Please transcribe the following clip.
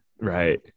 Right